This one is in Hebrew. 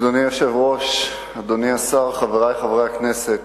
אדוני היושב-ראש, אדוני השר, חברי חברי הכנסת,